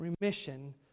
remission